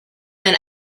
and